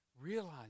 Realize